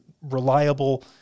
reliable